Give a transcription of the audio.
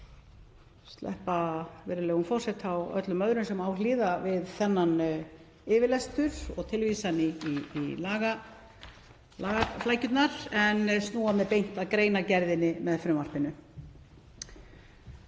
sleppa virðulegum forseta og öllum öðrum sem á hlýða við þennan yfirlestur og tilvísanir í lagaflækjurnar en snúa mér beint að greinargerðinni með frumvarpinu.